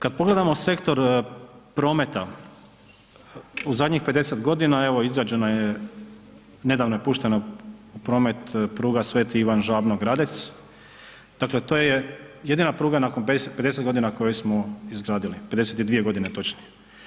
Kad pogledamo sektor prometa u zadnjih 50.g. evo izgrađena je, nedavno je puštena u promet pruga Sveti Ivan Žabno – Gradec, dakle to je jedina pruga nakon 50.g. koju smo izgradili, 52.g. točnije.